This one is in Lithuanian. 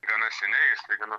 gana seniai jisai gana